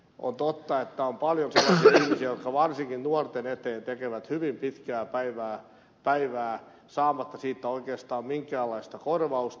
on totta että on paljon sellaisia ihmisiä jotka varsinkin nuorten eteen tekevät hyvin pitkää päivää saamatta siitä oikeastaan minkäänlaista korvausta